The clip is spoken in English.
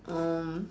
um